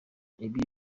ibi